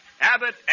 Abbott